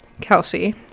Kelsey